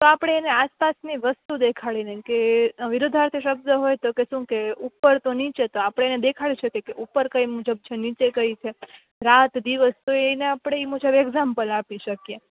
તો આપણે એને આસપાસની વસ્તુ દેખાડીને કે વિરુદ્ધાર્થી શબ્દ હોય તો કે શું કે ઉપર તો નીચે તો આપણે એને દેખાડી શકીએ કે ઉપર કઈ મુજબ છે નીચે કઈ છે રાત દિવસ તો એને આપણે એ મુજબ એક્ઝામ્પલ આપી શકીએ